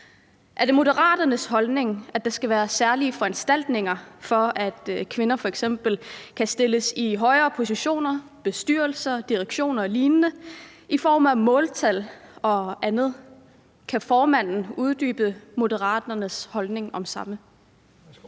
Er det Moderaternes holdning, at der skal være særlige foranstaltninger, så kvinder f.eks. kan placeres i højere positioner, bestyrelser, direktioner og lignende ved hjælp af måltal og andet? Kan formanden uddybe Moderaternes holdning til samme?